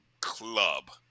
Club